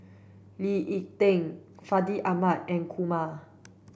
Lee Ek Tieng Fandi Ahmad and Kumar